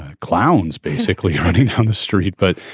ah clowns basically running down the street. but,